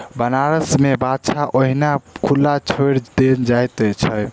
बनारस मे बाछा ओहिना खुला छोड़ि देल जाइत छै